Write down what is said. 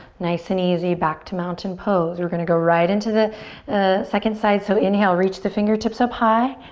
nice and easy back to mountain pose. we're gonna go right in to the second side so inhale, reach the fingertips up high.